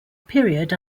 period